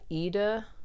Ida